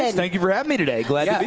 ah thank you for having me today. yeah you